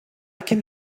can